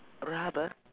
rubber